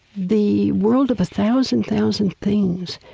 the world of a thousand, thousand things,